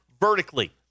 vertically